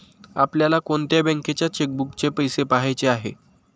आपल्याला कोणत्या बँकेच्या चेकबुकचे पैसे पहायचे आहे?